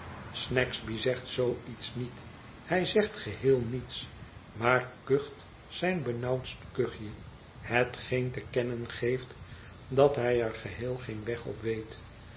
snagsby zegt zoo iets niet hij zegt geheel niets maar kucht zijn benauwdst kuchje hetgeen te kennen geeft dat hij er geheel geen weg op weet